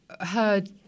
heard